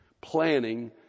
Planning